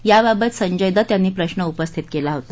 याबाबत संजय दत्त यांनी प्रश्न उपस्थित केला होता